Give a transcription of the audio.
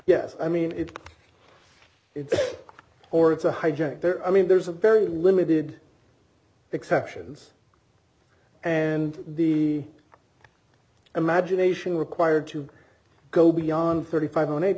yes i mean it's it's or it's a hijack there i mean there's a very limited exceptions and the imagination required to go beyond thirty five on it